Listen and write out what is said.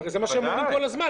הרי זה מה שהם אומרים כל הזמן,